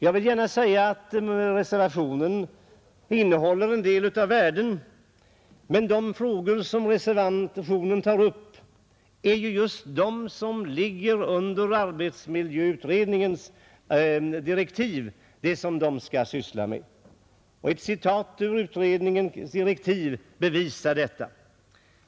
Jag vill gärna säga att reservationen innehåller en del av värde, men de frågor som reservationen tar upp är de som ligger under arbetsmiljöutredningens direktiv. Ett citat ur utredningens direktiv bevisar detta.